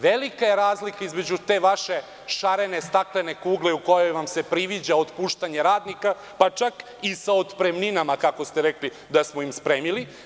Velika je razlika između te vaše šarene staklene kugle u kojoj vam se priviđa otpuštanje radnika, pa čak i sa otpremninama, kako ste rekli, da smo im spremili.